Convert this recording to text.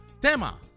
tema